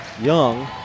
Young